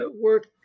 work